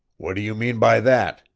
what do you mean by that?